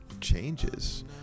changes